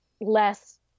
less